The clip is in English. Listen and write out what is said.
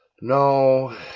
No